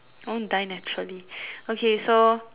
I want to die naturally okay so